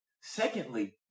Secondly